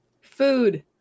Food